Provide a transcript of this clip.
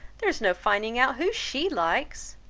there is no finding out who she likes.